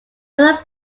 other